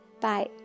Bye